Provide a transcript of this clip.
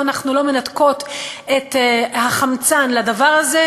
שבו אנחנו לא מנתקות את החמצן לדבר הזה,